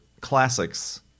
classics